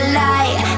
light